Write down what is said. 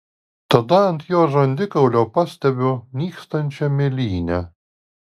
tada ant jo žandikaulio pastebiu nykstančią mėlynę